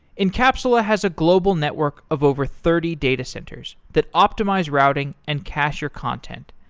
encapsula has a global network of over thirty data centers that optimize routing and cacher content.